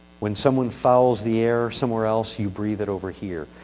when someone fouls the air somewhere else, you breathe it over here.